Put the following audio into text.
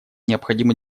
необходимо